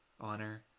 honor